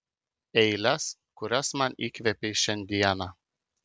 eiles kurias man įkvėpei šiandieną